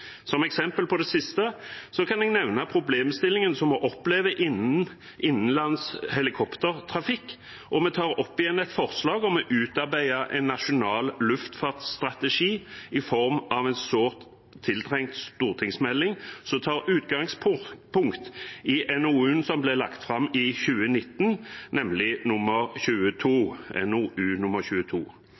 Som eksempel på det siste kan jeg nevne problemstillingen vi opplever innen innenlands helikoptertrafikk, og vi tar opp igjen et forslag om å utarbeide en nasjonal luftfartsstrategi i form av en sårt tiltrengt stortingsmelding som tar utgangspunkt i NOU-en som ble lagt fram i 2019, nemlig NOU 2019: 22.